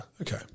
Okay